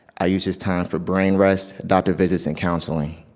i used this time for brain rest, doctor visits, and counseling.